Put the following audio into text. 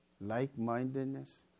like-mindedness